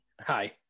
Hi